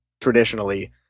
traditionally